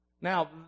Now